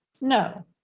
no